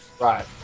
Right